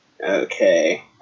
Okay